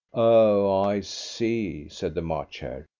oh i see, said the march hare.